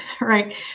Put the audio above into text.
right